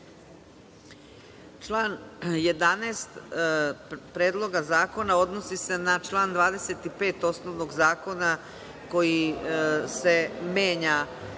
Član 11. Predloga zakona odnosi se na član 25. osnovnog zakona, koji se menja